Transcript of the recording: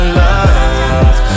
love